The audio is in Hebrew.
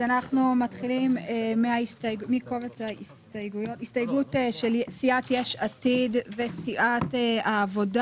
אנחנו מתחילים מההסתייגות של סיעת יש עתיד וסיעת העבודה.